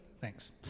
Thanks